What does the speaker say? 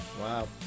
Wow